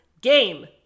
game